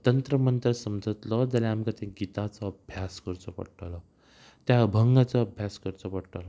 हो तंत्र मंत्र समजतलो जाल्यार आमकां ते गिताचो अभ्यास करचो पडटलो त्या अभंगाचो अभ्यास करचो पडटलो